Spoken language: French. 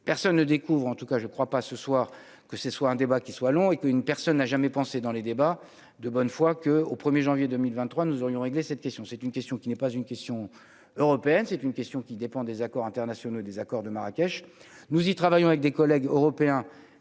personne ne découvre en tout cas je crois pas ce soir, que ce soit un débat qui soit long et que une personne n'a jamais pensé dans les débats de bonne foi que au 1er janvier 2023, nous aurions réglé cette question, c'est une question qui n'est pas une question européenne, c'est une question qui dépend des accords internationaux, des accords de Marrakech, nous y travaillons avec des collègues européens